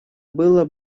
было